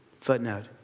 footnote